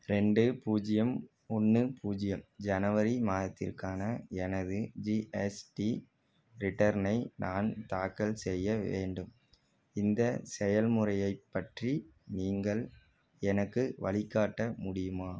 ரெண்டு பூஜ்ஜியம் ஒன்று பூஜ்ஜியம் ஜனவரி மாதத்திற்கான எனது ஜிஎஸ்டி ரிட்டர்னை நான் தாக்கல் செய்ய வேண்டும் இந்த செயல்முறையை பற்றி நீங்கள் எனக்கு வழிகாட்ட முடியுமா